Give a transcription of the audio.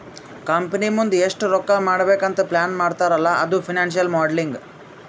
company ಮುಂದ್ ಎಷ್ಟ ರೊಕ್ಕಾ ಮಾಡ್ಬೇಕ್ ಅಂತ್ ಪ್ಲಾನ್ ಮಾಡ್ತಾರ್ ಅಲ್ಲಾ ಅದು ಫೈನಾನ್ಸಿಯಲ್ ಮೋಡಲಿಂಗ್